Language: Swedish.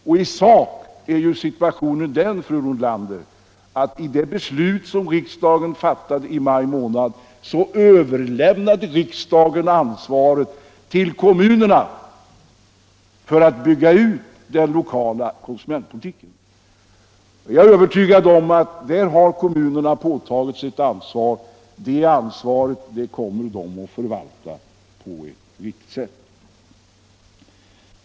Och i sak är ju situationen den, fru Nordlander, att i och med det beslut som fattades i maj månad överlämnade riksdagen ansvaret till kommunerna för att bygga ut den lokala konsumentpolitiken. Jag är säker på att det ansvar som kommunerna här har påtagit sig kommer de också att förvalta på ett riktigt sätt.